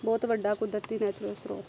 ਬਹੁਤ ਵੱਡਾ ਕੁਦਰਤੀ ਨੈਚੁਰਲ ਸਰੋਤ ਹੈ